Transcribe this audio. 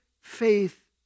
faith